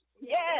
yes